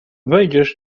wejdziesz